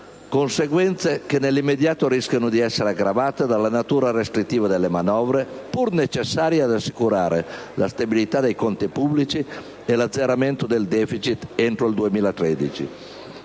conseguenze che nell'immediato rischiano di essere aggravate dalla natura restrittiva delle manovre pur necessarie ad assicurare la stabilità dei conti pubblici e l'azzeramento del *deficit* entro il 2013.